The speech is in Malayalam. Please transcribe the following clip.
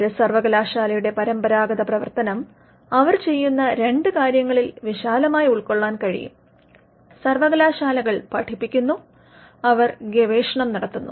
ഒരു സർവ്വകലാശാലയുടെ പരമ്പരാഗത പ്രവർത്തനം അവർ ചെയ്യുന്ന രണ്ട് കാര്യങ്ങളിൽ വിശാലമായി ഉൾക്കൊള്ളാൻ കഴിയും സർവകലാശാലകൾ പഠിപ്പിക്കുന്നു അവർ ഗവേഷണം നടത്തുന്നു